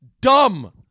dumb